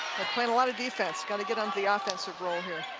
playing a lot of defense got to get on to the offensive role here.